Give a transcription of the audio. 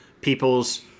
people's